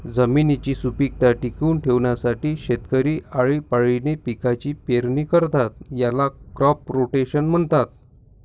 जमिनीची सुपीकता टिकवून ठेवण्यासाठी शेतकरी आळीपाळीने पिकांची पेरणी करतात, याला क्रॉप रोटेशन म्हणतात